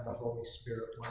holy spirit